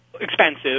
expensive